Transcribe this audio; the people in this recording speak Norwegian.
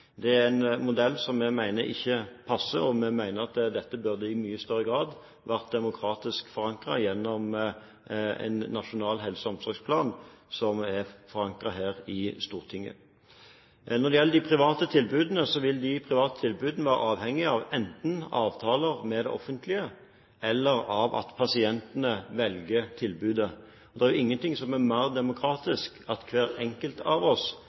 Det er en modell vi mener ikke passer. Vi mener at dette i mye større grad burde vært demokratisk forankret gjennom en nasjonal helse- og omsorgsplan forankret her i Stortinget. Når det gjelder de private tilbudene, vil disse være avhengige enten av avtaler med det offentlige eller av at pasientene velger tilbudet. Og det er jo ingenting som er mer demokratisk enn at hver enkelt av oss